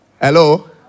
Hello